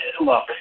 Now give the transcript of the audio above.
look